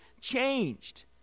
changed